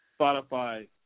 Spotify